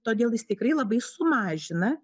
todėl jis tikrai labai sumažina